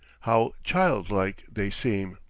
how childlike they seem!